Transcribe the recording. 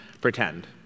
pretend